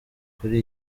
kuri